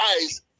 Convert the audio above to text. eyes